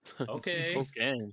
Okay